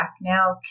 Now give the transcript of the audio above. now